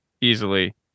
easily